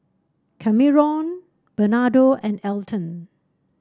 Kameron Bernardo and Elton